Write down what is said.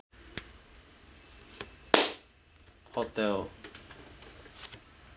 hotel